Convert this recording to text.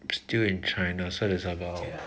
still in china so that's about